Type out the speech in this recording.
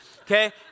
okay